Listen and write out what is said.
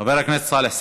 חבר הכנסת סאלח סעד,